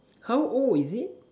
how old is it